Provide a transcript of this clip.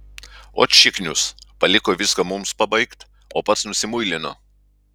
ot šiknius paliko viską mums pabaigt o pats nusimuilino